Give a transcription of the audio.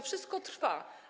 Wszystko trwa.